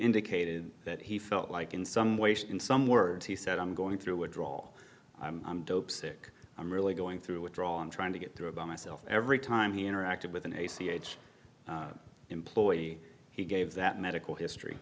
indicated that he felt like in some ways in some words he said i'm going through withdrawal dopesick i'm really going through withdrawal and trying to get through it by myself every time he interacted with an a c h employee he gave that medical history